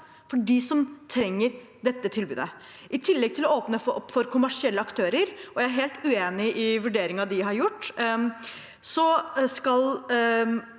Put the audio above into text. for dem som trenger dette tilbudet. I tillegg til at de åpner for kommersielle aktører – og jeg er helt uenig i vurderingen de har gjort – sier